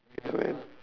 its fine